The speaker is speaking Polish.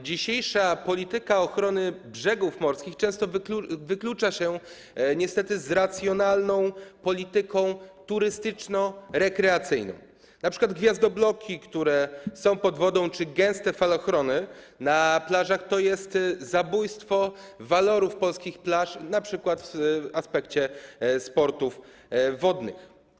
Dzisiejsza polityka ochrony brzegów morskich często wyklucza się niestety z racjonalną polityką turystyczno-rekreacyjną, np. gwiazdobloki, które są pod wodą, czy gęste falochrony na plażach, to jest zabójstwo walorów polskich plaż, np. w aspekcie sportów wodnych.